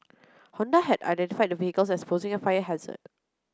Honda had identified the vehicles as posing a fire hazard